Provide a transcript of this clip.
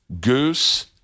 Goose